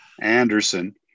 Anderson